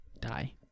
die